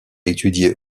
étudié